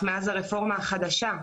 מאז הרפורמה החדשה.